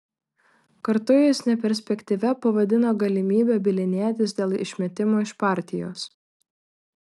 kartu jis neperspektyvia pavadino galimybę bylinėtis dėl išmetimo iš partijos